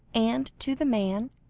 and to the man,